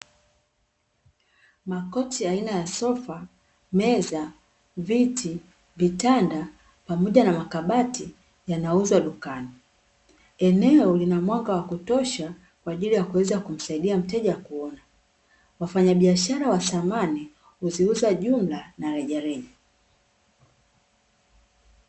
Makochi aina sofa, meza, viti, vitanda pamoja na makabati yanauzwa dukani, eneo lina mwanga wa kutosha kwa ajili ya kuweza kumsaidia mteja kuona. Wafanyabiashara wa samani huziuza jumla na rejareja.